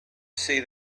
see